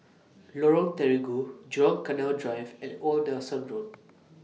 Lorong Terigu Jurong Canal Drive and Old Nelson Road